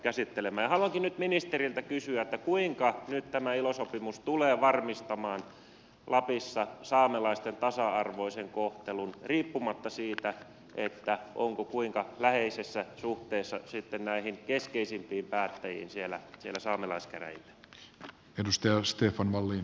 haluankin nyt ministeriltä kysyä kuinka tämä ilo sopimus tulee varmistamaan lapissa saamelaisten tasa arvoisen kohtelun riippumatta siitä kuinka läheisessä suhteessa on sitten näihin keskeisimpiin päättäjiin siellä saamelaiskäräjillä